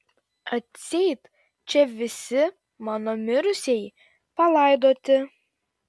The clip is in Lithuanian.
atseit čia visi mano mirusieji palaidoti